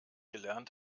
gelernt